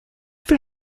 fait